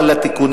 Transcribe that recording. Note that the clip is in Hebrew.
פעם.